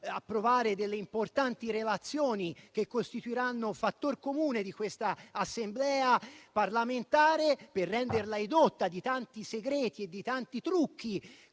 approvare le importanti relazioni che costituiranno fattor comune di questa Assemblea parlamentare, per renderla edotta dei tanti segreti e trucchi